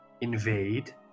invade